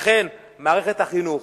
לכן מערכת החינוך,